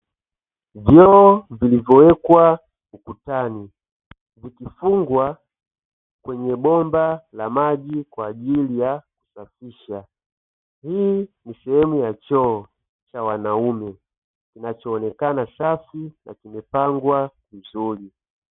Vioo vilivyoekwa ukutani, vikifungwa kwenye bomba la maji kwa ajili kusafisha. Hii sehemu ya choo cha wanaume, kinachoonekana safi na kimepangwa vizuri.